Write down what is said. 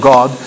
God